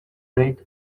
rate